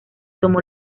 tomó